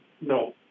no